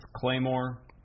Claymore